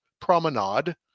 promenade